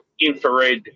infrared